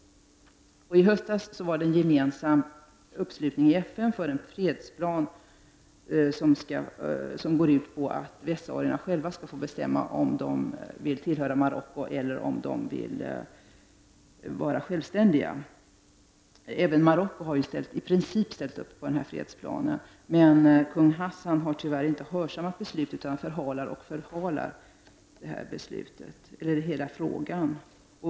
I höstas var det en gemensam uppslutning i FN för en fredsplan som går ut på att västsaharierna själva skall få bestämma om de vill tillhöra Marocko eller om de vill vara självständiga. Även Marocko har i princip ställt upp på den planen, men kung Hassan har tyvärr inte hörsammat beslutet utan förhalar och förhalar hela frågan.